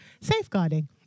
Safeguarding